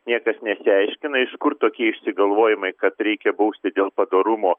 niekas nesiaiškina iš kur tokie išsigalvojimai kad reikia bausti dėl padorumo